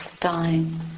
dying